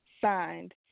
signed